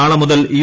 നാളെ മുതൽ യു